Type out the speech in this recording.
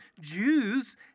Jews